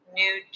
new